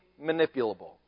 manipulable